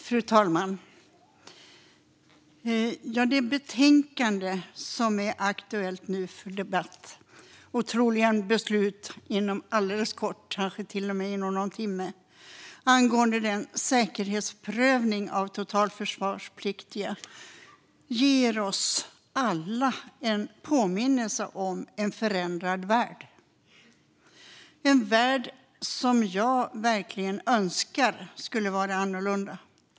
Fru talman! Betänkandet om säkerhetsprövning av totalförsvarspliktiga som är aktuellt för debatt och troligen beslut inom kort, kanske till och med inom någon timme, ger oss alla en påminnelse om en förändrad värld - en värld som jag verkligen önskar skulle vara annorlunda.